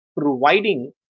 providing